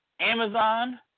Amazon